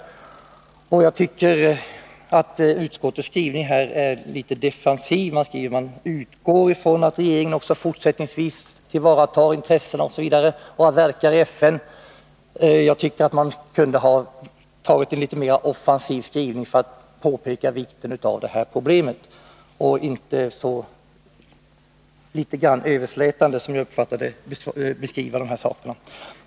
Jag tycker att utskottet i sin skrivning är litet defensivt. Utskottet säger att man utgår från att regeringen också fortsättningsvis tillvaratar intressen och verkar i FN. Man kunde ha gjort en mera offensiv skrivning, för att påpeka vikten av detta problem i stället för att så överslätande — som jag uppfattar det — beskriva sakerna.